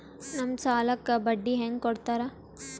ನಮ್ ಸಾಲಕ್ ಬಡ್ಡಿ ಹ್ಯಾಂಗ ಕೊಡ್ತಾರ?